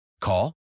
Call